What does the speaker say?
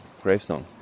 gravestone